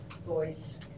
voice